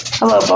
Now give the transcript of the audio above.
Hello